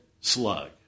slug